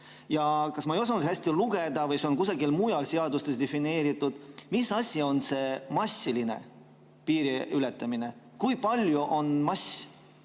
Kas ma ei osanud hästi lugeda või see on kusagil mujal seadustes defineeritud, aga mis asi on see massiline piiriületamine? Kui palju on mass?